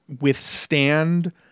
withstand